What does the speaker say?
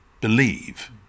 believe